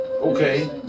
Okay